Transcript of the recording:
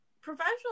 professional